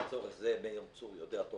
לצורך זה, מאיר צור יודע טוב